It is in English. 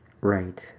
Right